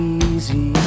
easy